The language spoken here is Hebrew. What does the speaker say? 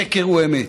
שקר הוא אמת,